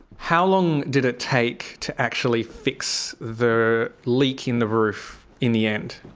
how long did it take to actually fix the leak in the roof in the end?